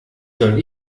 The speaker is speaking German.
soll